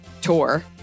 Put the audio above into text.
tour